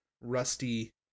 rusty